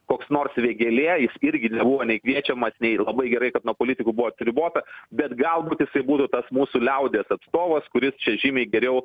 koks nors vėgėlė jis irgi nebuvo nei kviečiamas nei labai gerai kad nuo politikų buvo atsiribota bet galbūt jisai būtų tas mūsų liaudies atstovas kuris čia žymiai geriau